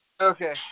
Okay